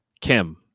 Kim